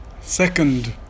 Second